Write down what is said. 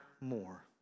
more